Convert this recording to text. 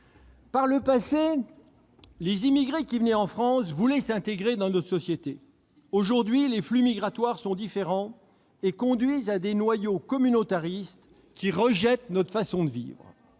Par le passé, les immigrés qui venaient en France voulaient s'intégrer dans nos sociétés. Aujourd'hui, les flux migratoires sont différents ; ils conduisent à la formation de noyaux communautaristes qui rejettent notre façon de vivre.